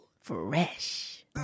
Fresh